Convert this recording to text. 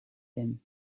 him